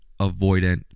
avoidant